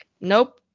Nope